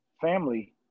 family